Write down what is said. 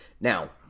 now